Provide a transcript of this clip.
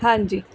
ਹਾਂਜੀ